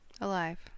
alive